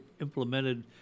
implemented